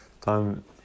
time